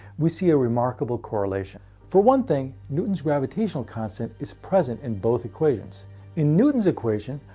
we see a remarkable correlation. for one thing, newton's gravitational constant is present in both equations in newton's equation,